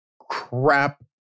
crap